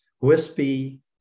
wispy